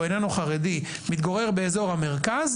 או איננו חרדי ומתגורר באזור המרכז,